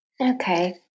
Okay